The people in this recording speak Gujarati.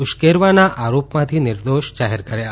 ઉશ્કેરવાના આરોપમાંથી નિર્દોષ જાહેર કર્યા